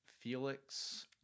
Felix